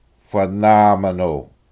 phenomenal